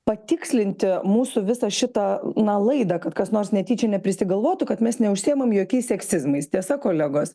patikslinti mūsų visą šitą na laidą kad kas nors netyčia neprisigalvotų kad mes neužsiimam jokiais seksizmais tiesa kolegos